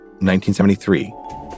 1973